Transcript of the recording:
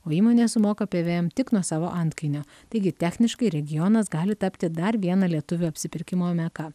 o įmonė sumoka pvm tik nuo savo antkainio taigi techniškai regionas gali tapti dar viena lietuvių apsipirkimo meka